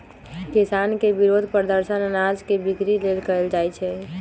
किसान के विरोध प्रदर्शन अनाज के बिक्री लेल कएल जाइ छै